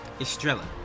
Estrella